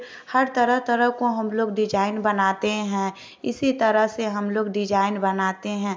हर तरह तरह को हम लोग डिजाईन बनाते हैं इसी तरह से हम लोग डिजाईन बनाते हैं